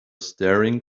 staring